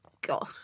God